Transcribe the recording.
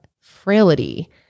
frailty